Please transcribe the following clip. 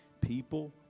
People